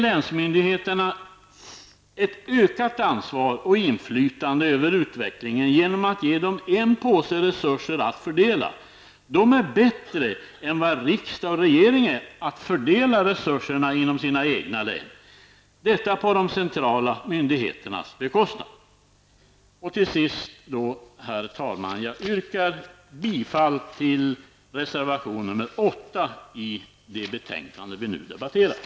Länsmyndigheterna bör få ett ökat ansvar och inflytande över utvecklingen genom att de får en påse resurser att fördela. Länsmyndigheterna är bättre än riksdag och regering på att fördela resurserna inom de egna länen -- detta på de centrala myndigheternas bekostnad. Herr talman! Jag vill till sist yrka bifall till reservation nr 8 till det betänkande vi nu debatterar.